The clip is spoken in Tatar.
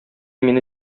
мине